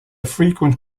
frequent